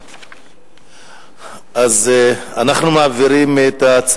אני מסכים עם כבוד